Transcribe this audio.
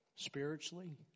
Spiritually